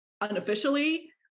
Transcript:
unofficially